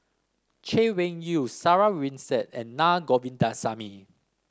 Chay Weng Yew Sarah Winstedt and Naa Govindasamy